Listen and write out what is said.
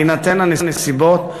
בהינתן הנסיבות,